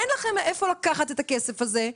אין לכם מאיפה לקחת את הכסף הזה,